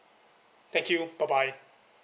thank you bye bye